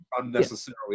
Unnecessarily